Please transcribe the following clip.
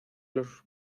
los